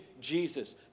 Jesus